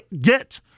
get